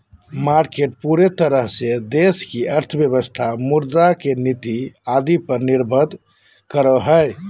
market पूरे तरह से देश की अर्थव्यवस्था मुद्रा के नीति आदि पर निर्भर करो हइ